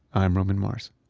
i'm roman mars